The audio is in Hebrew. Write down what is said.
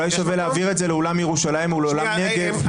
אולי שווה להעביר את זה לאולם ירושלים או לאולם נגב,